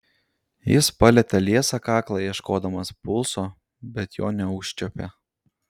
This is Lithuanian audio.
jis palietė liesą kaklą ieškodamas pulso bet jo neužčiuopė